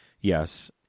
Yes